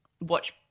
watch